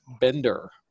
Bender